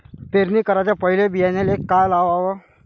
पेरणी कराच्या पयले बियान्याले का लावाव?